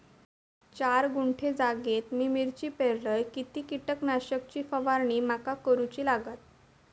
चार गुंठे जागेत मी मिरची पेरलय किती कीटक नाशक ची फवारणी माका करूची लागात?